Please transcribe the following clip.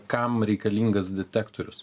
kam reikalingas detektorius